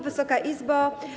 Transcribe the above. Wysoka Izbo!